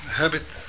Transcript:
habit